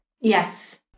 Yes